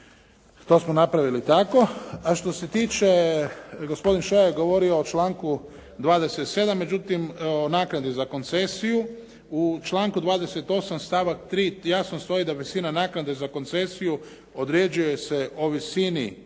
to smo napravili tako. A što se tiče gospodin Šoja je govorio o članku 27. Međutim, o naknadi za koncesiju. U članku 28. stavak 3. jasno stoji da visina naknade za koncesiju određuje se o visini